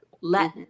let